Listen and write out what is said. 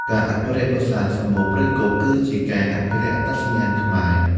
ការអភិរក្សប្រាសាទសំបូរព្រៃគុក គឺជាការអភិរក្សអត្តសញ្ញាណខ្មែរ។